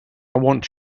want